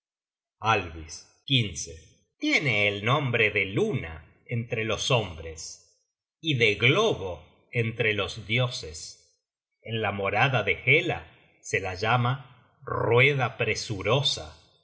mundos alvis tiene el nombre de luna entre los hombres y de globo entre los dioses en la morada de hela se la llama rueda presurosa